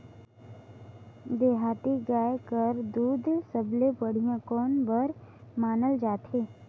देहाती गाय कर दूध सबले बढ़िया कौन बर मानल जाथे?